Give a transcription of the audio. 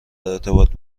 ارتباط